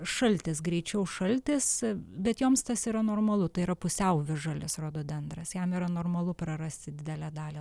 šaltis greičiau šaltis bet joms tas yra normalu tai yra pusiau visžalis rododendras jam yra normalu prarasti didelę dalį